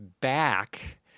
back